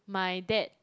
my dad